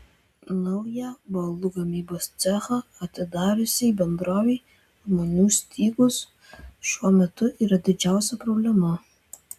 naują baldų gamybos cechą atidariusiai bendrovei žmonių stygius šiuo metu yra didžiausia problema